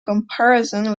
comparison